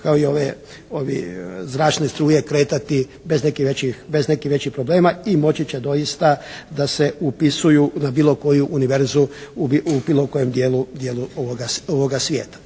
kao i ovi zračne struje kretati bez nekih većih problema i moći će doista da se upisuju na bilo koju univerzu u bilo kojem dijelu ovoga svijeta.